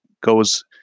goes